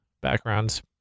backgrounds